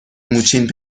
موچین